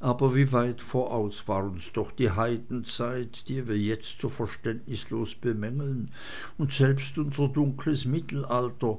ach wie weit voraus war uns doch die heidenzeit die wir jetzt so verständnislos bemängeln und selbst unser dunkles mittelalter